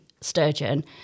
sturgeon